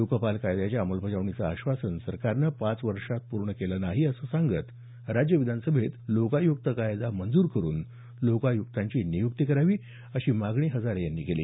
लोकपाल कायद्याच्या अंमलबजावणीचं आश्वासन सरकारनं पाच वर्षांत पूर्ण केलं नाही असं सांगत राज्य विधानसभेत लोकाय्क्त कायदा मंजूर करून लोकायुक्तांची नियुक्ती करावी अशी मागणी हजारे यांनी केली